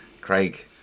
Craig